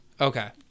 Okay